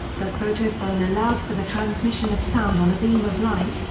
the photophone allowed for the transmission of sound on a beam of light,